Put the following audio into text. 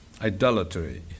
idolatry